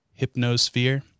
hypnosphere